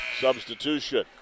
Substitution